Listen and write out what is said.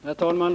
Herr talman!